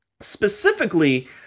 specifically